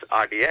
RDS